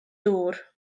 dŵr